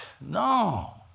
no